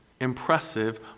impressive